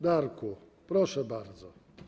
Darku, proszę bardzo.